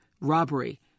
robbery